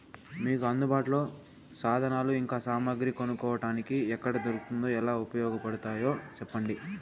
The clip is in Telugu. మీకు అందుబాటులో సాధనాలు ఇంకా సామగ్రి కొనుక్కోటానికి ఎక్కడ దొరుకుతుందో ఎలా ఉపయోగపడుతాయో సెప్పండి?